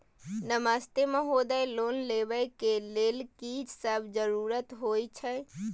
नमस्ते महोदय, लोन लेबै के लेल की सब जरुरी होय छै?